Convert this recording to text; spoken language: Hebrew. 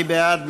מי בעד?